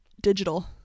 Digital